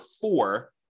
four